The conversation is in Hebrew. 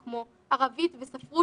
כמו ערבית וספרות,